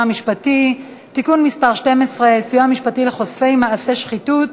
המשפטי (תיקון מס' 12) (סיוע משפטי לחושפי מעשי שחיתות,